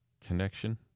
Connection